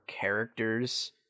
characters